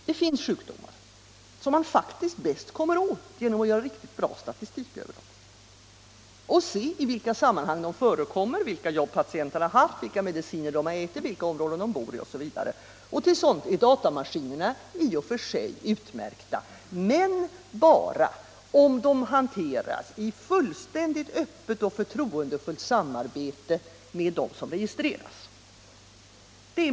Det finns sjukdomar som man faktiskt bäst kommer åt genom att göra riktigt bra statistik över dem och se i vilka sammanhang de förekommer, vilka jobb patienterna har haft, vilka mediciner de har ätit, vilka områden de bor i osv. Till sådant är datamaskinerna i och för sig utmärkta — men bara om de hanteras i fullständigt öppet och förtroendefullt samarbete med dem som registreras.